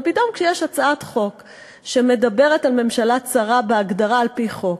אבל פתאום כשיש הצעת חוק שמדברת על ממשלה צרה בהגדרה על-פי חוק,